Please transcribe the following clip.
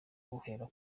uhera